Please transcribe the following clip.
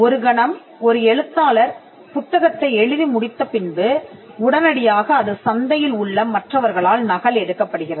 ஒரு கணம் ஒரு எழுத்தாளர் புத்தகத்தை எழுதி முடித்த பின்பு உடனடியாக அது சந்தையில் உள்ள மற்றவர்களால் நகல் எடுக்கப்படுகிறது